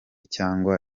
cyangwa